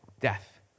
death